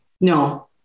No